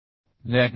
batten